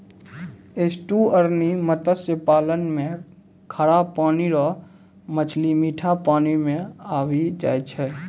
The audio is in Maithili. एस्टुअरिन मत्स्य पालन मे खारा पानी रो मछली मीठा पानी मे आबी जाय छै